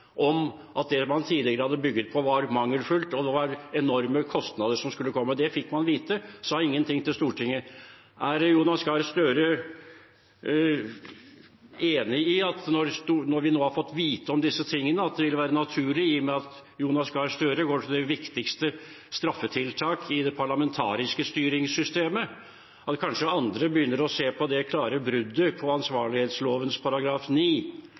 om at det man tidligere hadde bygget på, var mangelfullt, og at det var enorme kostnader som skulle komme. Det fikk man vite, og man sa ingenting til Stortinget. Er Jonas Gahr Støre enig i at når vi nå har fått vite om disse tingene, ville det være naturlig – i og med at Jonas Gahr Støre går til det viktigste straffetiltak i det parlamentariske styringssystemet – at kanskje andre begynner å se på det klare bruddet på